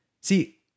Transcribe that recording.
see